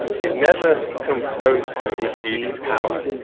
they've never come close to achieving power,